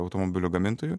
automobilių gamintojų